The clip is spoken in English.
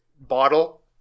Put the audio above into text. bottle